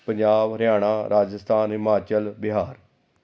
Punjab Haryana Rajasthan Himachal Bihar